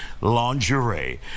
Lingerie